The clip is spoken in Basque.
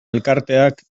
elkarteak